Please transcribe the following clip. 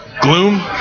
gloom